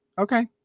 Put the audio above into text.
okay